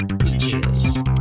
Peaches